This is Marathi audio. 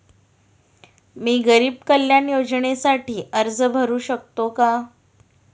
मी गरीब कल्याण योजनेसाठी अर्ज भरू शकतो का?